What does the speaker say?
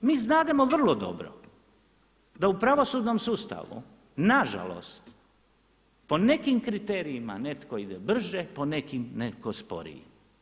Mi znademo vrlo dobro da u pravosudnom sustavu, nažalost po nekim kriterijima netko ide brže, po nekim, neko sporiji.